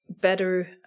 better